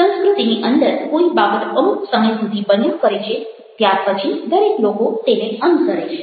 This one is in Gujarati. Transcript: સંસ્કૃતિની અંદર કોઈ બાબત અમૂક સમય સુધી બન્યા કરે છે ત્યાર પછી દરેક લોકો તેને અનુસરે છે